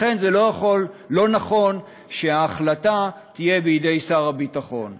לכן, זה לא נכון שההחלטה תהיה בידי שר הביטחון.